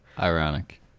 Ironic